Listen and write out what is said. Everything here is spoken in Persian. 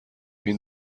این